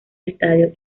estadio